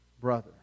brother